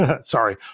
Sorry